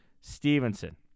Stevenson